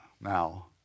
now